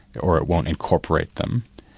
or it won't incorporate them.